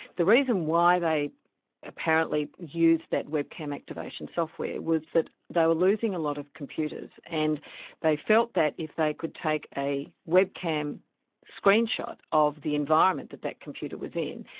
the reason why they apparently used that webcam activation software was that they were losing a lot of computers, and they felt that if they could take a webcam screen shot of the environment that that computer was in,